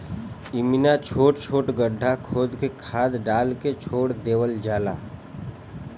इमिना छोट छोट गड्ढा खोद के खाद डाल के छोड़ देवल जाला